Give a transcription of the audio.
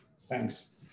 Thanks